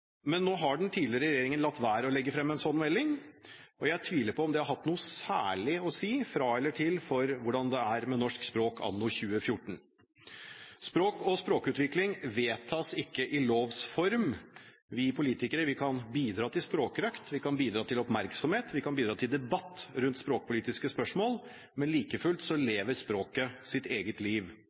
Men nå har den tidligere regjeringen latt være å legge frem en slik melding, og jeg tviler på at det har hatt noe særlig å si fra eller til for hvordan det er med norsk språk anno 2014. Språk og språkutvikling vedtas ikke i lovs form. Vi politikere kan bidra til språkrøkt, vi kan bidra til oppmerksomhet, vi kan bidra til debatt rundt språkpolitiske spørsmål. Like fullt lever språket sitt eget liv.